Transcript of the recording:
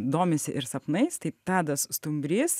domisi ir sapnais tai tadas stumbrys